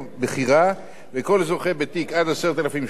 וכל זוכה בתיק עד 10,000 שקלים רשאי לבחור בין